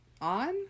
on